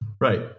Right